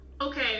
okay